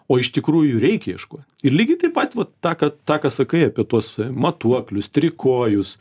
o iš tikrųjų reik ieškot ir lygiai taip pat vat tą ką tą ką sakai apie tuos matuoklius trikojus